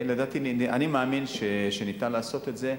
אני מאמין שניתן לעשות את זה.